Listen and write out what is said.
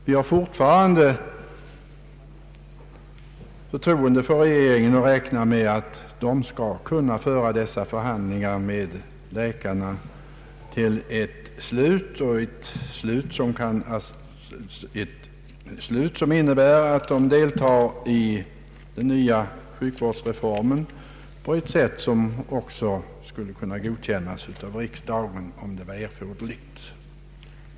Vi har fortfarande förtroende för regeringen och räknar med att förhandlingarna med läkarna skall kunna slutföras så att de privatpraktiserande läkarna kan deltaga i den nya sjukvårdsreformen på ett sätt som också skulle kunna godkännas av riksdagen, om det vore erforderligt.